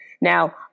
Now